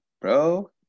bro